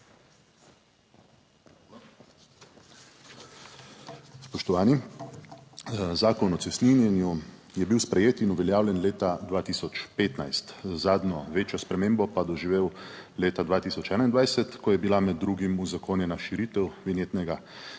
Spoštovani! Zakon o cestninjenju je bil sprejet in uveljavljen leta 2015, zadnjo večjo spremembo pa doživel leta 2021, ko je bila med drugim uzakonjena širitev vinjetnega